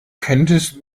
könntest